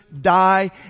die